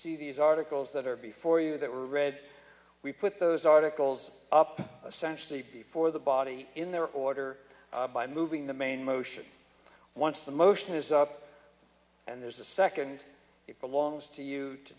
see these articles that are before you that were read we put those articles up a century before the body in their order by moving the main motion once the motion is up and there's a second it belongs to you to